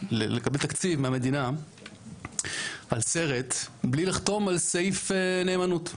לקבל תקציב מהמדינה על סרט בלי לחתום על סעיף נאמנות.